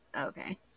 okay